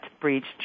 breached